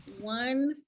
one